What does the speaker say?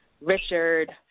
Richard